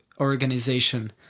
organization